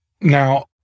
Now